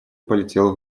полетел